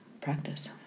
practice